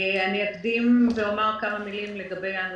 אני אקדים ואומר כמה מילים לגבי הנושא,